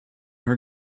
her